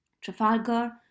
Trafalgar